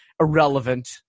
Irrelevant